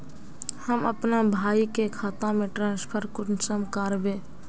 हम अपना भाई के खाता में ट्रांसफर कुंसम कारबे?